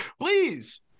Please